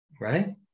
right